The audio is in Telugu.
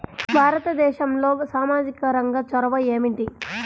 భారతదేశంలో సామాజిక రంగ చొరవ ఏమిటి?